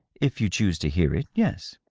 if you choose to hear it, yes.